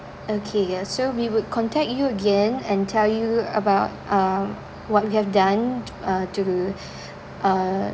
okay so we would contact you again and tell you about um what we have done uh to uh